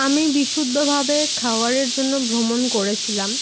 আমি বিশুদ্ধভাবে খাওয়ারের জন্য ভ্রমণ করেছিলাম